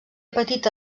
petita